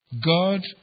God